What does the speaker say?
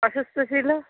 অসুস্থ ছিল